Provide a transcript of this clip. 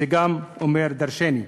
זה גם אומר דורשני.